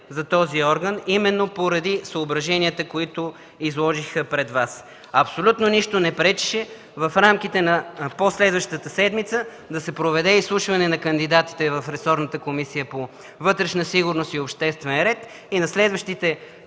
за този орган именно поради съображенията, които изложих пред Вас. Абсолютно нищо не пречеше в рамките на пó следващата седмица да се проведе изслушване на кандидатите в ресорната Комисия по вътрешна сигурност и обществен ред и в следващите